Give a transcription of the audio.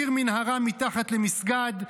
פיר מנהרה מתחת למסגד,